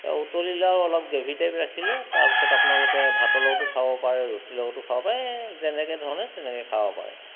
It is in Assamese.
এই উতলিলে আৰু অলপ গ্ৰেভি টাইপ ৰাখিলে তাৰপাছত আপোনালোকে ভাতৰ লগতো খাব পাৰে ৰুটিৰ লগতো খাব পাৰে এই যেনেকৈ ধৰণে তেনেকৈ খাব পাৰে